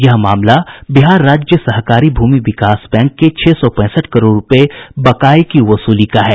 यह मामला बिहार राज्य सहकारी भूमि विकास बैंक के छह सौ पैंसठ करोड़ रूपये बकाये की वसूली का है